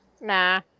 Nah